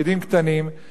ואנחנו רואים את זה גם